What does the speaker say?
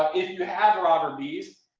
if you have a robber bees,